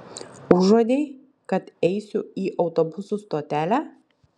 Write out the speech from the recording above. užuodei kad eisiu į autobusų stotelę